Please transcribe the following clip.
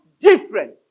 different